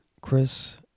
Chris